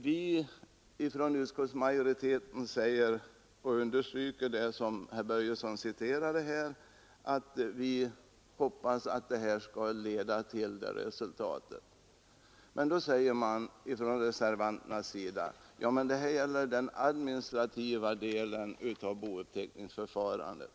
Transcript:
Vi som bildar utskottsmajoriteten understryker — som herr Börjesson erinrade om — att vi hoppas att arbetet skall leda till en förenkling. Nu invänder reservanterna: Det här gäller ju den administrativa delen av bouppteckningsförfarandet.